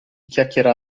chiacchiera